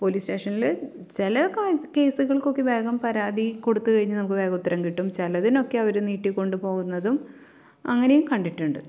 police സ്റ്റേഷനിൽ ചില കാര് കേസുകൾക്കൊക്കെ വേഗം പരാതി കൊടുത്തു കഴിഞ്ഞാൽ നമുക്ക് ഉത്തരം കിട്ടും ചിലതിനൊക്കേ അവർ നീട്ടി ക്കൊണ്ടുപോകുന്നതും അങ്ങനെയും കണ്ടിട്ടുണ്ട്